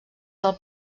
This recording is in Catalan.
del